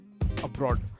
abroad